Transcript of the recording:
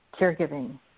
caregiving